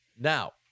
Now